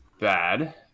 bad